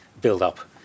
build-up